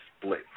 split